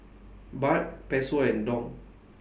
Baht Peso and Dong